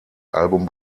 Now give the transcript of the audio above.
album